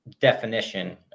definition